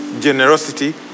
Generosity